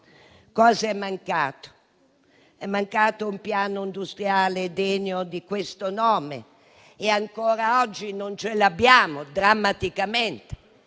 Cosa è mancato? È mancato un piano industriale degno di questo nome - e ancora oggi non lo abbiamo, drammaticamente